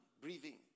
breathing